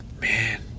man